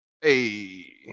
Hey